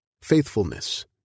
faithfulness